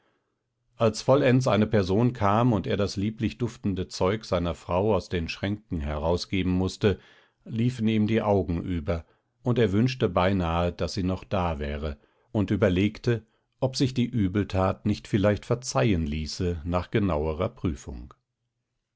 als vollends eine person kam und er das lieblich duftende zeug seiner frau aus den schränken herausgeben mußte liefen ihm die augen über und er wünschte beinahe daß sie noch da wäre und überlegte ob sich die übeltat nicht vielleicht verzeihen ließe nach genauerer prüfung